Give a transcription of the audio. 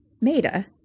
Maida